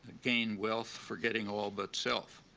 gain wealth forgetting all but self.